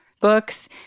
books